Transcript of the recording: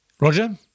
Roger